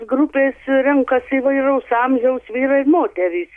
grupės renkasi įvairaus amžiaus vyrai ir moterys